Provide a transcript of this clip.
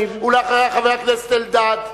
אחריה, חבר הכנסת אלדד,